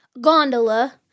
gondola